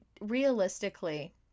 realistically